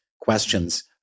questions